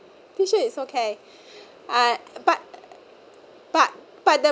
T shirt is okay uh but but but the